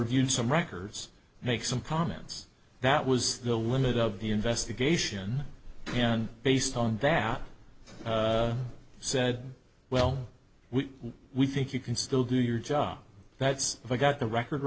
reviewed some records make some comments that was the limit of the investigation and based on that said well we we think you can still do your job that's if i got the record